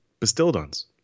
Bastildons